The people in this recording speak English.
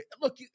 Look